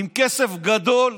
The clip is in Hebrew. עם כסף גדול,